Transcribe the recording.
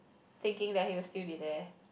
thinking that he will still be there